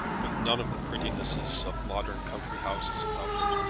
with none of the prettinesses of modern country-houses about it.